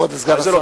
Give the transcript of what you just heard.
כבוד סגן השר,